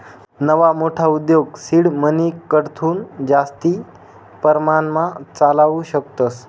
नवा मोठा उद्योग सीड मनीकडथून जास्ती परमाणमा चालावू शकतस